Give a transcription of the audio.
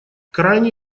крайне